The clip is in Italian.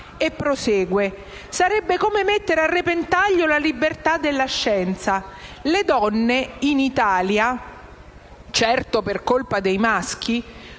E prosegue: